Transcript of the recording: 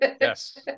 Yes